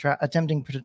attempting